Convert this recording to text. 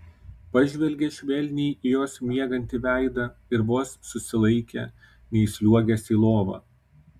pažvelgė švelniai į jos miegantį veidą ir vos susilaikė neįsliuogęs į lovą